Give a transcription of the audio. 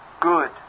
good